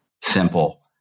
simple